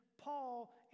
Paul